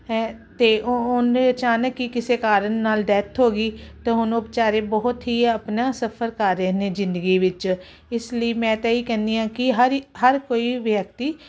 ਤੇ ਉਹਨੇ ਅਚਾਨਕ ਕੀ ਕਿਸੇ ਕਾਰਨ ਨਾਲ ਡੈਥ ਹੋ ਗਈ ਤੇ ਹੁਣ ਉਹ ਵਿਚਾਰੇ ਬਹੁਤ ਹੀ ਆਪਣੇ ਸਫਰ ਕਰ ਰਹੇ ਨੇ ਜ਼ਿੰਦਗੀ ਵਿੱਚ ਇਸ ਲਈ ਮੈਂ ਤਾਂ ਇਹੀ ਕਹਿੰਦੀ ਆ ਕਿ ਹਰ ਹਰ ਕੋਈ ਵਿਅਕਤੀ